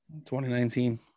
2019